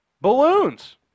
balloons